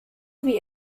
wie